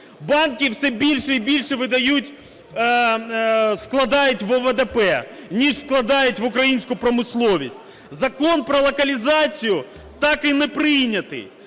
Банки все більше і більше видають, складають ВВП ніж вкладають в українську промисловість. Закон про локалізацію так і не прийнятий.